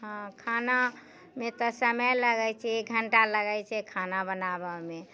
हँ खानामे तऽ समय लगैत छै एक घंटा लगैत छै खाना बनाबयमे